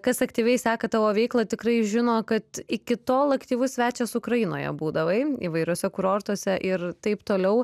kas aktyviai seka tavo veiklą tikrai žino kad iki tol aktyvus svečias ukrainoje būdavai įvairiuose kurortuose ir taip toliau